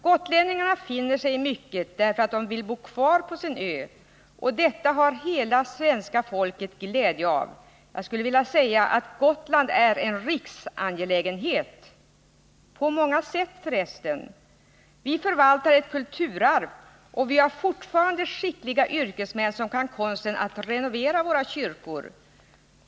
Gotlänningarna finner sig i mycket därför att de vill bo kvar på sin ö, och detta har hela svenska folket glädje av. Jag skulle vilja säga att Gotland är en riksangelägenhet — på många sätt, förresten. Vi förvaltar ett kulturarv, och vi har fortfarande skickliga yrkesmän som kan konsten att renovera våra kyrkor.